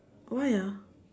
why ah